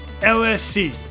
LSC